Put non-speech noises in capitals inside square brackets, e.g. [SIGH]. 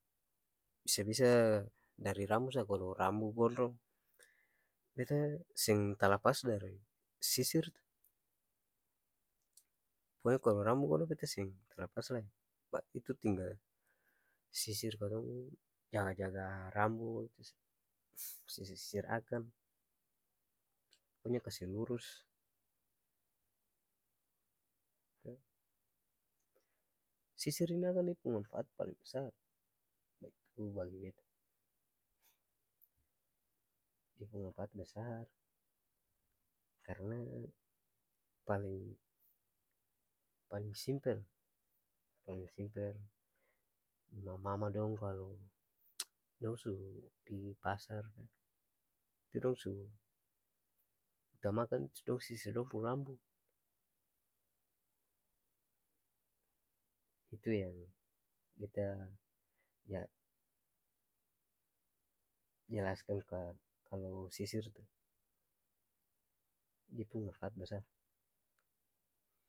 Bisa-bisa dari rambu sa kalo rambu gondrong beta seng talapas dari sisir tu poko nya kalo rambu gondrong beta seng lapas lai itu tinggal sisir katong pung jaga-jaga rambu sisir-sisir akang poko nya kasi lurus sisir ni akang dia pung manfaat paleng basar bagi beta dia pung manfaat basar karna paleng paleng-simpel paleng simpel mama-mama dong kalo [NOISE] dong su pigi pasar ka itu dong su utamakan tu dong sisir dong pung rambu itu yang beta ja jelaskan par kalo sisir tu dia pung manfaat basar.